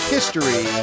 History